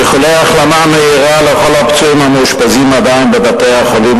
איחולי החלמה מהירה לכל הפצועים המאושפזים עדיין בבתי-החולים.